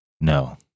No